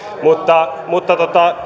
mutta mutta